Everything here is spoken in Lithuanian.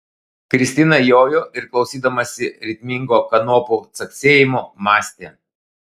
kristina jojo ir klausydamasi ritmingo kanopų caksėjimo mąstė